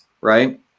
right